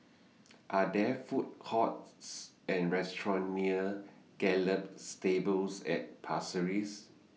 Are There Food Courts Or restaurants near Gallop Stables At Pasir Ris